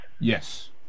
Yes